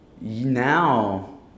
now